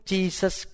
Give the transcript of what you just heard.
Jesus